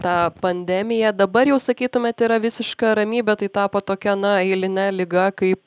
tą pandemiją dabar jau sakytumėt yra visiška ramybė tai tapo tokia na eiline liga kaip